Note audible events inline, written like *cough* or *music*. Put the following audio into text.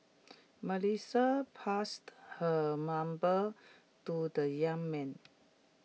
*noise* Melissa passed her number to the young man